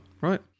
Right